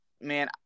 man